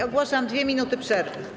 Ogłaszam 2 minuty przerwy.